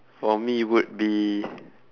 for me would be